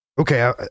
Okay